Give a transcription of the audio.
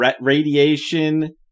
radiation